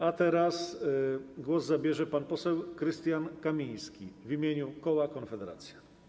A teraz głos zabierze pan poseł Krystian Kamiński w imieniu koła Konfederacja.